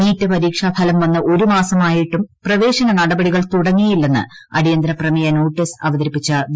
NEET പരീക്ഷാഫലം വന്ന് ഒരു മാസമായിട്ടും പ്രവേശനനടപടികൾ തുടങ്ങിയില്ലെന്ന് അടിയന്തരപ്രമേയ നോട്ടീസ് അവതരിപ്പിച്ച വി